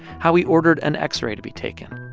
how he ordered an x-ray to be taken,